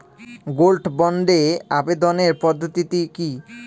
Gold বন্ডে আবেদনের পদ্ধতিটি কি?